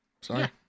Sorry